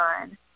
on